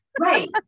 Right